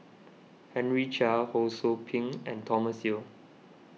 Henry Chia Ho Sou Ping and Thomas Yeo